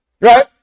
right